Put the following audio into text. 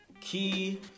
key